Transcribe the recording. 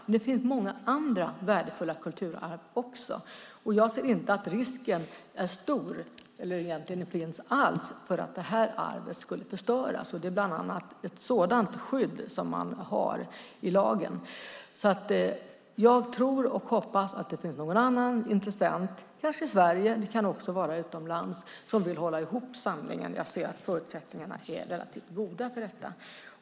Men det finns många andra värdefulla kulturarv också. Jag ser inte att risken är stor - jag ser egentligen inte att den finns alls - för att detta arv skulle förstöras. Det är bland annat ett sådant skydd man har i lagen. Jag tror och hoppas att det finns någon annan intressent, i Sverige eller kanske utomlands, som vill hålla ihop samlingen. Jag ser att förutsättningarna är relativt goda för detta.